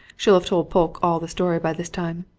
she'll have told polke all the story by this time.